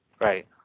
Right